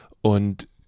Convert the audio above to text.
Und